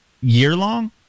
year-long